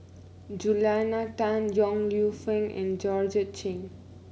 Julia Tan Yong Lew Foong and Georgette Chen